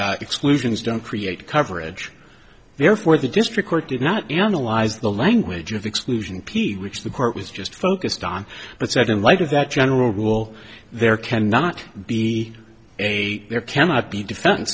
that exclusions don't create coverage therefore the district court did not analyze the language of exclusion p which the court was just focused on but said in light of that general rule there cannot be a there cannot be defen